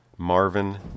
Marvin